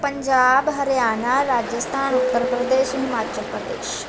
Punjab Haryana Rajasthan Uttar Pradesh Himachal Pradesh